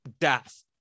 death